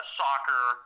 soccer